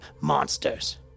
monsters